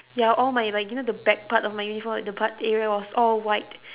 ya all my like you know the back part of my uniform the butt area was all white